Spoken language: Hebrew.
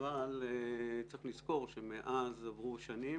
אבל צריך לזכור שמאז עברו שנים